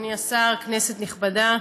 אדוני השר, כנסת נכבדה,